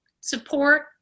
support